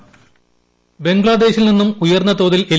voice ബംഗ്ലാദേശിൽ നിന്നും ഉയർന്നതോതിൽ എൽ